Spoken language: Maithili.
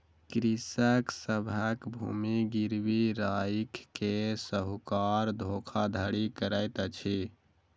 कृषक सभक भूमि गिरवी राइख के साहूकार धोखाधड़ी करैत अछि